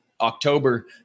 October